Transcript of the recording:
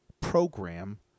program